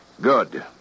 Good